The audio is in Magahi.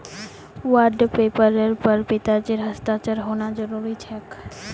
बॉन्ड पेपरेर पर पिताजीर हस्ताक्षर होना जरूरी छेक